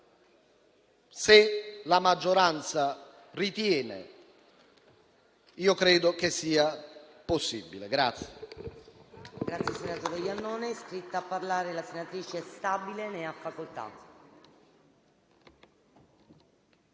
Se la maggioranza lo ritiene, io credo che sia possibile.